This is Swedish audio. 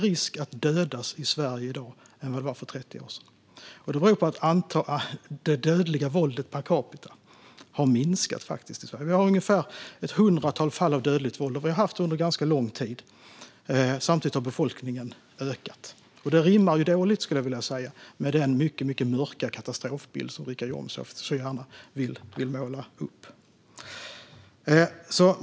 Detta beror på att det dödliga våldet per capita har minskat. Vi har ungefär ett hundratal fall av dödligt våld per år, och det har vi haft under ganska lång tid. Samtidigt har befolkningen ökat. Detta rimmar dåligt, skulle jag vilja säga, med den mycket mörka katastrofbild som Richard Jomshof så gärna vill måla upp.